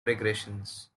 regressions